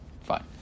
Fine